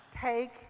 Take